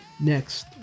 next